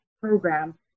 program